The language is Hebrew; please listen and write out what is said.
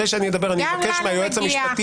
דעת משפטית